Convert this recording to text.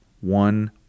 one